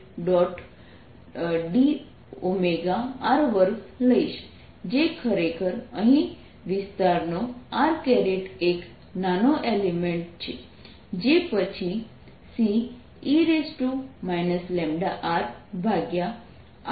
d r2 લઈશ જે ખરેખર અહીં વિસ્તારનો r એક નાનો એલિમેન્ટ છે જે પછી Ce λrr2